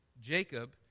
Jacob